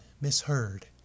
misheard